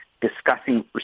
discussing